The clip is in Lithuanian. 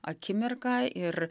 akimirką ir